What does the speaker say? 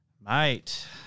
Mate